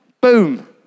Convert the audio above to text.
boom